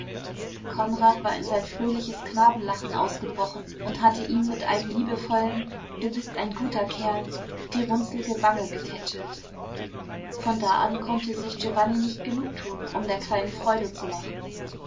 konrad war in sein fröhliches knabenlachen ausgebrochen und hatte ihm mit einem liebevollen du bist ein guter kerl die runzlige wange getätschelt von da an konnte sich giovanni nicht genug tun um der kleinen freude zu machen